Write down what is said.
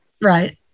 right